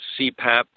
CPAP